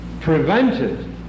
prevented